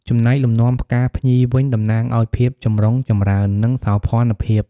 ចំណែកលំនាំផ្កាភ្ញីវិញ តំណាងឱ្យ ភាពចម្រុងចម្រើន និងសោភ័ណភាព។